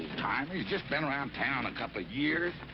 timer. he's just been around town a couple of years.